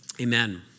Amen